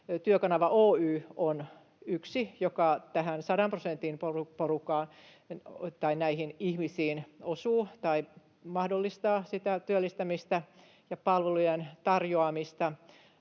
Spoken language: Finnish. Työkanava Oy on yksi, joka tähän 100 prosentin porukkaan, näihin ihmisiin, osuu, mahdollistaa sitä työllistämistä ja palvelujen tarjoamista